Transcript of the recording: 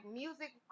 music